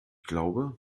glaube